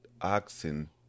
oxen